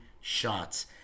shots